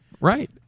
Right